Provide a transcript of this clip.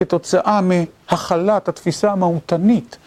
כתוצאה מהכלת התפיסה המהותנית.